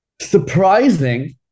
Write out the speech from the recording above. surprising